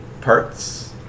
parts